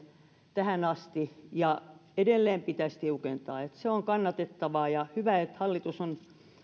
tähän asti edelleen pitäisi tiukentaa se on kannatettavaa ja hyvä että hallitus on